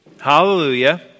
Hallelujah